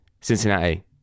Cincinnati